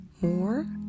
more